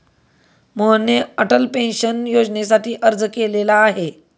मोहनने अटल पेन्शन योजनेसाठी अर्ज केलेला आहे